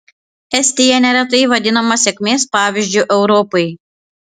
estija neretai vadinama sėkmės pavyzdžiu europai